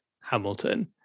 Hamilton